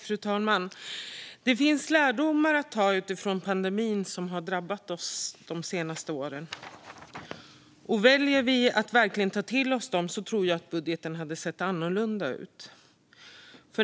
Fru talman! Det finns lärdomar att dra från pandemin som har drabbat oss de senaste åren, och om vi hade valt att verkligen ta till oss dem tror jag att budgeten hade sett annorlunda ut.